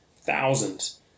thousands